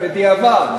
בדיעבד.